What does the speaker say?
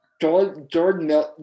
jordan